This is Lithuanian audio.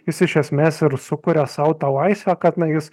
jis iš esmės ir sukuria sau tą laisvę kad na jis